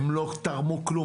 הם לא תרמו כלום.